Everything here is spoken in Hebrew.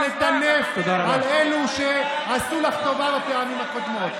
ולטנף על אלו שעשו לך טובה בפעמים הקודמות.